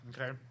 Okay